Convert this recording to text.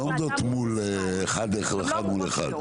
הן לא עומדות אחד מול אחד.